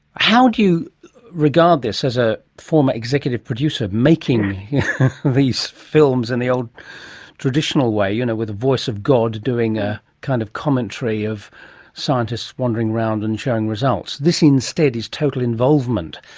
how do you regard this, as a former executive producer, making these films in the old traditional way, you know, with the voice of god doing a kind of commentary of scientists wandering around and showing results, this instead is total involvement.